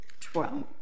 twelve